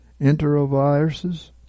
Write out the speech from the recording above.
enteroviruses